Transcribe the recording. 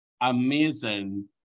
amazing